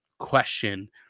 question